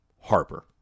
Harper